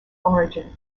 origin